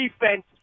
defense